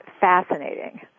fascinating